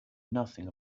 nothing